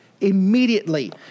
immediately